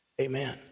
Amen